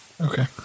okay